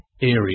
area